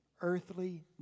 earthly